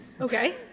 Okay